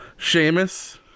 Seamus